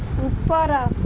ଉପର